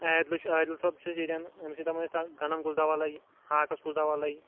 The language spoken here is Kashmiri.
عادلہِ چھُ عادل صٲب چھِ اَسہِ ییٚتٮ۪ن أمِس چھِ دَپان أسۍ تَتھ گَنٛڈَن کُس دَوا لَگہِ ہاکَس کُس دَوا لَگہِ